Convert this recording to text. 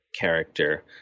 character